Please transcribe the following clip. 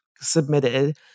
submitted